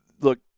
Look